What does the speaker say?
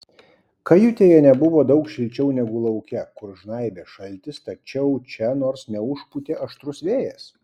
kajutėje nebuvo daug šilčiau negu lauke kur žnaibė šaltis tačiau čia nors neužpūtė aštrus vėjas